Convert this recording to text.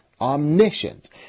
omniscient